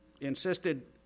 insisted